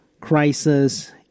crisis